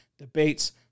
debates